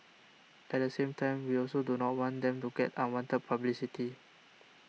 at the same time we also do not want them to get unwanted publicity